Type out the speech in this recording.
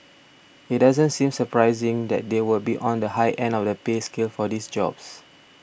it doesn't seem surprising that they would be on the high end of the pay scale for these jobs